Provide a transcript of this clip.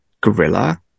gorilla